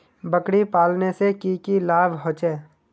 बकरी पालने से की की लाभ होचे?